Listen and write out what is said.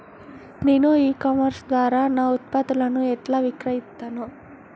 నేను e commerce ద్వారా నా ఉత్పత్తులను ఎట్లా విక్రయిత్తను?